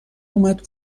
اومد